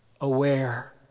aware